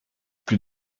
plus